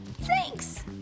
thanks